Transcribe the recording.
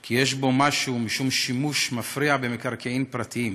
כי יש משום שימוש מפריע במקרקעין פרטיים,